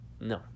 No